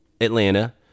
Atlanta